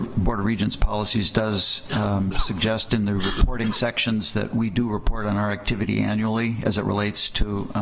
board of regents policies does suggest in their reporting sections that we do report on our activity annually as it relates to